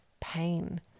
pain